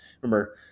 remember